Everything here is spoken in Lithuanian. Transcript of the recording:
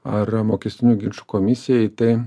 ar mokestinių ginčų komisijai tai